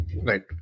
Right